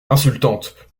insultante